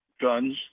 guns